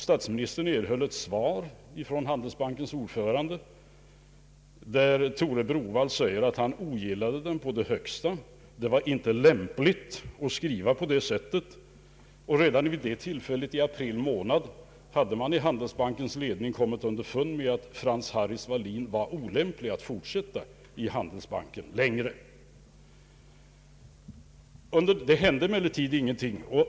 Statsministern fick ett svar från Handelsbankens ordförande Tore Browaldh som skrev att han ogillade den på det högsta. Det var inte lämpligt att skriva på det sättet, ansåg han. Redan i april månad hade man inom Handelsbanken kommit underfund med att Frank Hallis Wallin var olämplig för sin tjänst inom Handelsbanken och inte fick fortsätta där. Det hände emellertid ingenting.